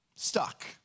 Stuck